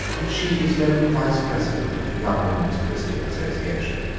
and she is local vice-president of the young women's christian association.